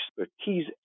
expertise